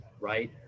right